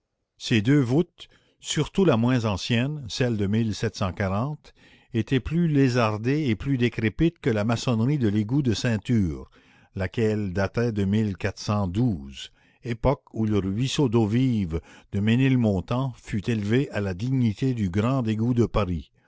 ces deux voûtes surtout la moins ancienne celle de étaient plus lézardées et plus décrépites que la maçonnerie de l'égout de ceinture laquelle datait de époque où le ruisseau d'eau vive de ménilmontant fut élevé à la dignité de grand égout de paris